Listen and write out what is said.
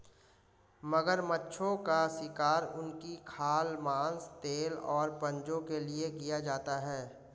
मगरमच्छों का शिकार उनकी खाल, मांस, तेल और पंजों के लिए किया जाता है